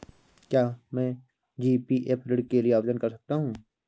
क्या मैं जी.पी.एफ ऋण के लिए आवेदन कर सकता हूँ?